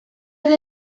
ere